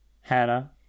Hannah